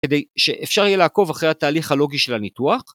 כדי שאפשר יהיה לעקוב אחרי התהליך הלוגי של הניתוח.